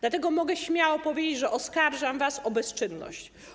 Dlatego mogę śmiało powiedzieć, że oskarżam was o bezczynność.